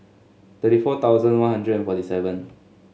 thirty four thousand One Hundred and forty seven